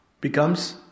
becomes